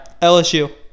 LSU